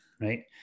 right